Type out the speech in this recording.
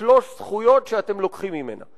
שלוש זכויות שאתם לוקחים ממנה.